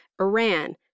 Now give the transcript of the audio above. Iran